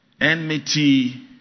enmity